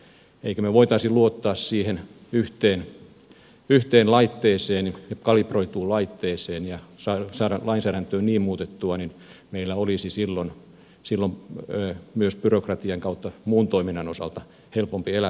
emmekö me voisi luottaa siihen yhteen kalibroituun laitteeseen ja saada lainsäädäntöä niin muutettua niin meillä olisi silloin myös byrokratian kautta muun toiminnan osalta helpompi elää tämän asian kanssa